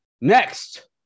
Next